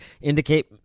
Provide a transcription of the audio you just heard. indicate